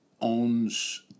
owns